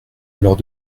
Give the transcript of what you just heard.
lors